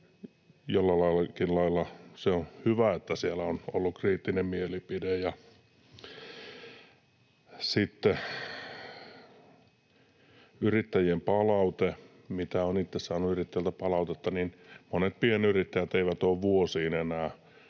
Jollakin lailla se on hyvä, että siellä on ollut kriittinen mielipide. [Aino-Kaisa Pekonen: Äärettömän kriittinen mielipide!] Sitten mitä olen itse saanut yrittäjiltä palautetta, niin monet pienyrittäjät eivät ole vuosiin enää